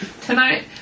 tonight